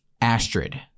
Astrid